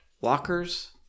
Walkers